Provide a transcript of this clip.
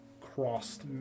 crossed